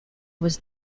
was